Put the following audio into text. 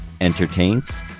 entertains